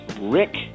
Rick